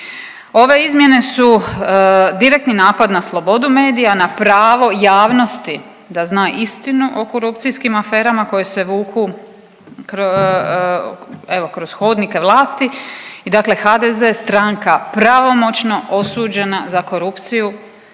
Ove izmjene su direktni napad na slobodu medija, na pravo javnosti da zna istinu o korupcijskim aferama koje se vuku evo kroz hodnike vlasti i dakle, HDZ stranka pravomoćno osuđena za korupciju,